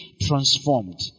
transformed